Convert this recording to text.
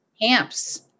Camps